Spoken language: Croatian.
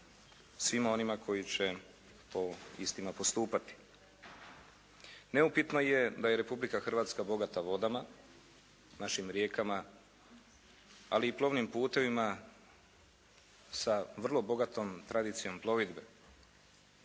svima onima koji će po istima postupati. Neupitno je da je Republika Hrvatska bogata vodama, našim rijekama, ali i plovnim putovima sa vrlo bogatom tradicijom plovidbe.